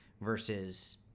versus